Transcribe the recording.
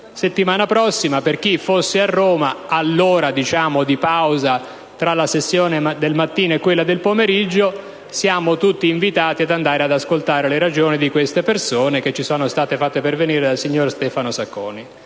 settimana prossima (per chi fosse a Roma nella pausa tra i lavori della mattina e quelli del pomeriggio), siamo tutti invitati ad andare ad ascoltare le ragioni di queste persone, che ci sono state fatte pervenire dal signor Stefano Sacconi.